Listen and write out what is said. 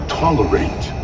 tolerate